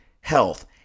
health